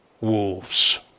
wolves